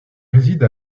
réside